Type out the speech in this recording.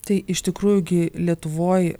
tai iš tikrųjų gi lietuvoj